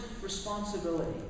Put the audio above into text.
responsibility